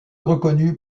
reconnu